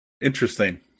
Interesting